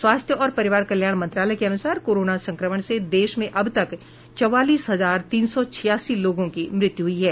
स्वास्थ्य और परिवार कल्याण मंत्रालय के अनुसार कोरोना संक्रमण से देश में अब तक चौवालीस हजार तीन सौ छियासी लोगों की मृत्यू हुई है